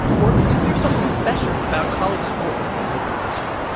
or is there something special about college sports that makes it different?